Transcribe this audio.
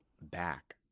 back